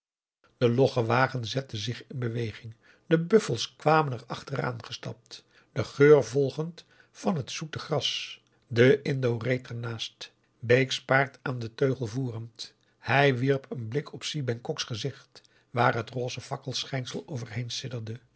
de logge wagen zette zich in beweging de buffels kwamen er augusta de wit orpheus in de dessa achteraan gestapt den geur volgend van het zoete gras de indo reed er naast bake's paard aan den teugel voerend hij wierp een blik op si bengkoks gezicht waar het rosse fakkelschijnsel